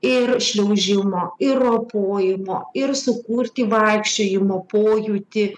ir šliaužimo ir ropojimo ir sukurti vaikščiojimo pojūtį